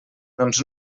doncs